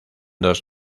dos